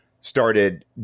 started